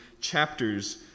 chapters